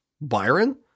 Byron